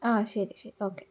ആ ശരി ശരി ഓക്കേ